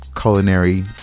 Culinary